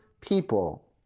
people